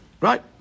Right